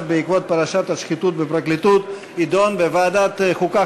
בעקבות פרשת השחיתות בפרקליטות יידון בוועדת החוקה,